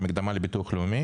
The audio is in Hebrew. כמקדמה לביטוח הלאומי